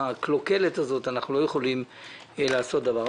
הקלוקלת הזאת אנחנו לא יכולים לעשות דבר.